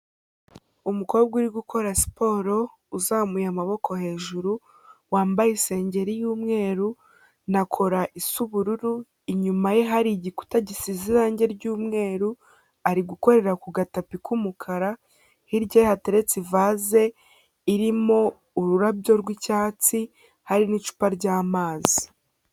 Umukobwa uri gukora siporo uzamuye amaboko hejuru wambaye isengeri y'umweru na kora isa ubururu, inyuma ye hari igikuta gisize irange ry'umweru, arigukorera ku gatapi k'umukara, hirya ye hateretse ivaze irimo ururabyo rw'icyatsi hari n'icupa ry'amazi.